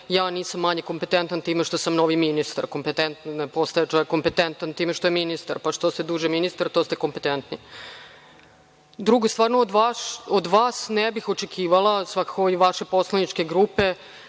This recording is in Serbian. Ja nisam manje kompetentna time što sam novi ministar. Ne postaje čovek kompetentan time što je ministar, pa što ste duže ministar to ste kompetentniji. Drugo, stvarno od vas ne bih očekivala, svakako i od vaše poslaničke grupe,